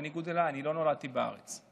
בניגוד אליי, אני לא נולדתי בארץ.